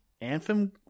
Anthem